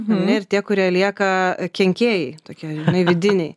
ar ne ir tie kurie lieka kenkėjai tokie žinai vidiniai